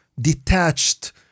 detached